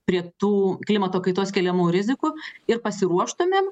prie tų klimato kaitos keliamų rizikų ir pasiruoštumėm